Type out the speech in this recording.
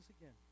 again